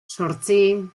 zortzi